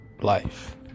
life